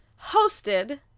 hosted